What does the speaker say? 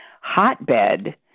hotbed